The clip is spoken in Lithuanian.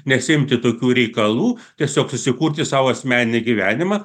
nesiimti tokių reikalų tiesiog susikurti sau asmeninį gyvenimą